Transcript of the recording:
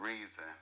reason